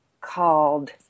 called